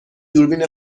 دوربین